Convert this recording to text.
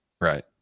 Right